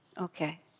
Okay